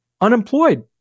Unemployed